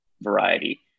variety